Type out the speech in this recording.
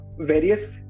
various